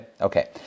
Okay